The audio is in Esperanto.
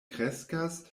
kreskas